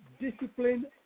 discipline